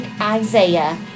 Isaiah